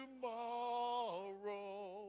tomorrow